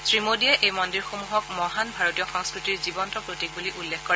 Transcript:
শ্ৰীমোদীয়ে এই মন্দিৰসমূহক মহান ভাৰতীয় সংস্কৃতিৰ জীৱন্ত প্ৰতীক বুলি উল্লেখ কৰে